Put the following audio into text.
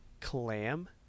clam